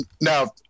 now